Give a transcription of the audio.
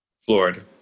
floored